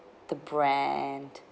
the brand